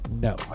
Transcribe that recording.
No